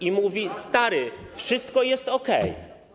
i mówi: stary, wszystko jest okej.